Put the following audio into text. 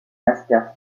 master